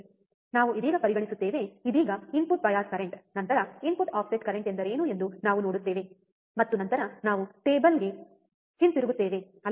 ನಾವು ಇದೀಗ ಪರಿಗಣಿಸುತ್ತೇವೆ ಇದೀಗ ಇನ್ಪುಟ್ ಬಯಾಸ್ ಕರೆಂಟ್ ನಂತರ ಇನ್ಪುಟ್ ಆಫ್ಸೆಟ್ ಕರೆಂಟ್ ಎಂದರೇನು ಎಂದು ನಾವು ನೋಡುತ್ತೇವೆ ಮತ್ತು ನಂತರ ನಾವು ಟೇಬಲ್ಗೆ ಹಿಂತಿರುಗುತ್ತೇವೆ ಅಲ್ಲವೇ